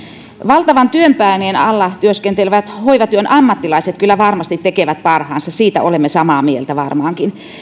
valtavan työpaineen alla työskentelevät hoivatyön ammattilaiset kyllä varmasti tekevät parhaansa siitä olemme samaa mieltä varmaankin